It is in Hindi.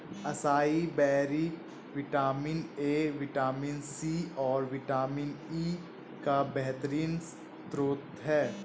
acai berry vitamin A, vitamin C, और विटामिन ई का बेहतरीन स्त्रोत है